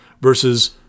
versus